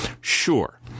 Sure